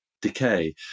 decay